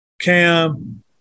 Cam